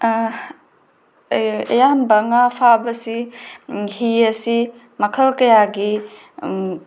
ꯑꯌꯥꯝꯕ ꯉꯥ ꯐꯥꯕꯁꯤ ꯍꯤ ꯑꯁꯤ ꯃꯈꯜ ꯀꯌꯥꯒꯤ